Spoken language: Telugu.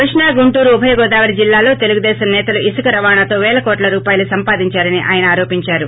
కృష్ణా గుంటూరు ఉభయ గోదావరి జిల్లాల్లో తెలుగుదేశం నేతలు ఇసుక రవాణాతో పేలకోట్ట రూపాయలు సంపాదించారని ఆయన ఆరోపించారు